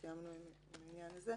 אז סיימנו עם עניין העילות.